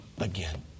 again